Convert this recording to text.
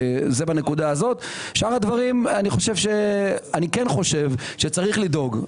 אני כן חושב שצריך לדאוג,